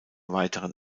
weiteren